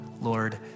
Lord